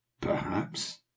Perhaps